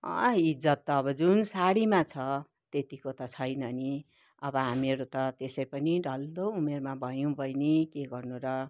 अँ इज्जत त आब जुन सारीमा छ त्यतिको त छैन नि अब हामीहरू त त्यसै पनि ढल्दो उमेरमा भयौँ बहिनी के गर्नु र